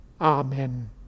Amen